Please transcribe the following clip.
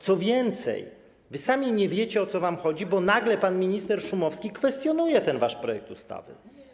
Co więcej, wy sami nie wiecie, o co wam chodzi, bo nagle pan minister Szumowski kwestionuje ten wasz projekt ustawy.